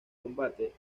combate